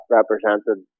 represented